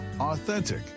authentic